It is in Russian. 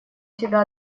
тебя